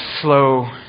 slow